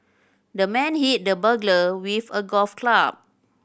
the man hit the burglar with a golf club